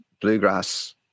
bluegrass